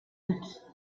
its